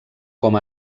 com